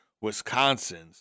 Wisconsin's